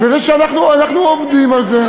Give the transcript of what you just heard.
וזה שאנחנו עובדים על זה,